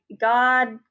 God